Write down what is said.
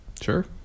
sure